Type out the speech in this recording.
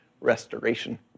restoration